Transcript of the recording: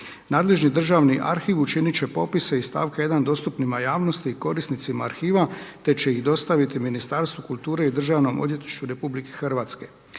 Nadležni državni arhiv učinit će popise iz stavka 1. dostupnima javnosti i korisnicima arhiva, te će ih dostaviti Ministarstvu kulture i Državnom odvjetništvu RH.